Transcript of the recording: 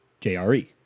JRE